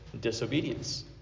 Disobedience